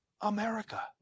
america